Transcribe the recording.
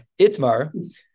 Itmar